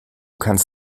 kannst